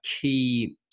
key